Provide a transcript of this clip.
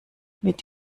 mit